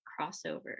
crossover